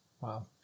Wow